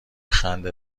خنده